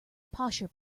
posher